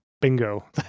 bingo